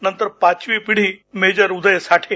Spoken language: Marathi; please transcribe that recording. नंतर पाचवी पिढी मेजर उदय साठे